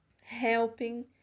helping